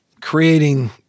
creating